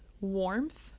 warmth